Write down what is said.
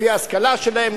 לפי ההשכלה שלהם,